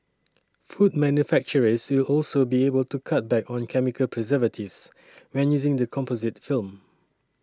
food manufacturers will also be able to cut back on chemical preservatives when using the composite film